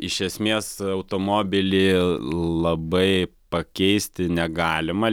iš esmės automobilį labai pakeisti negalima